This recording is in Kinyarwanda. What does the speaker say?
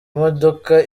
modoka